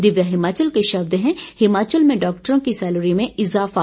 दिव्य हिमाचल के शब्द हैं हिमाचल में डॉक्टरों की सेलरी में इजाफा